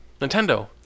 Nintendo